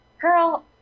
Girl